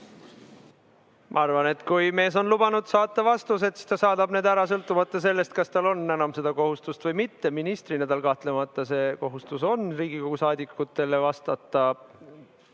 Ma arvan, et kui mees on lubanud saata vastused, siis ta saadab need ära, sõltumata sellest, kas tal on enam seda kohustust või mitte. Ministrina tal kahtlemata see kohustus on Riigikogu saadikutele vastata.